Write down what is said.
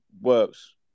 works